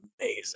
amazing